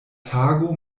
tago